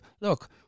look